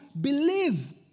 believe